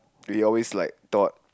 we always like thought